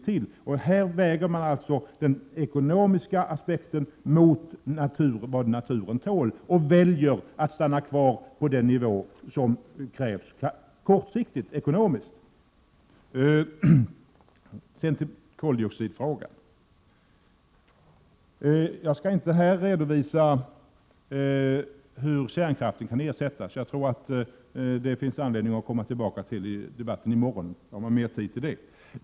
Man väger den ekonomiska aspekten mot vad naturen tål och väljer att stanna kvar på den nivå som krävs ur kortsiktig ekonomisk synpunkt. Sedan till koldioxidfrågan. Jag skall inte här redovisa hur kärnkraften kan ersättas. Jag tror det finns anledning att komma tillbaka till den frågan under debatten i morgon, när vi har mer tid.